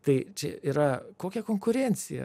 tai čia yra kokia konkurencija